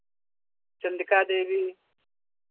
Chandrika Devi